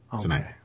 Tonight